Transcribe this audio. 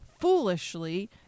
foolishly